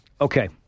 Okay